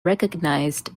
recognised